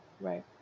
right